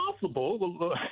possible